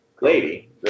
lady